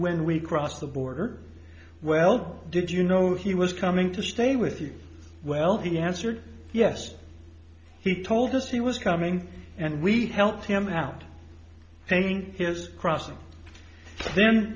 when we cross the border well did you know he was coming to stay with you well he answered yes he told us he was coming and we helped him out paint has crossed the